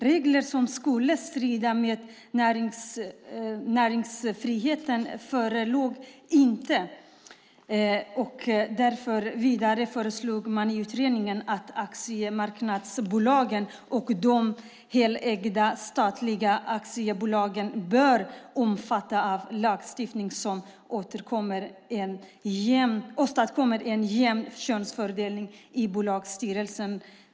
Regler som skulle strida mot näringsfriheten förelåg inte. Därför föreslås i utredningen att aktiemarknadsbolagen och de helägda statliga aktiebolagen bör omfattas av en lagstiftning som åstadkommer en jämn könsfördelning i bolagsstyrelserna.